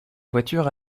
voiture